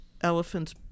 elephant's